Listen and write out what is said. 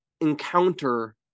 encounter